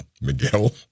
Miguel